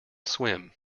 swim